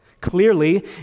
Clearly